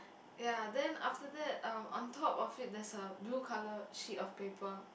ya then after that um on top of it there's a blue colour sheet of paper